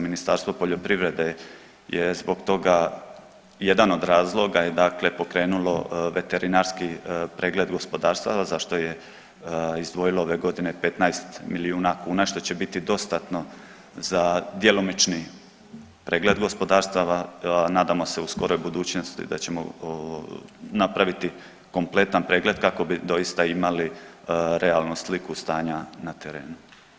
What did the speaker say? Ministarstvo poljoprivrede je zbog toga, jedan od razloga je dakle pokrenulo veterinarski pregled gospodarstava za što je izdvojilo ove godine 15 milijuna kuna što će biti dostatno za djelomični pregled gospodarstava, a nadamo se u skoroj budućnosti da ćemo napraviti kompletan pregled kako bi doista imali realnu sliku stanja na terenu.